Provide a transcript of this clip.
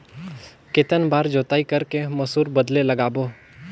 कितन बार जोताई कर के मसूर बदले लगाबो?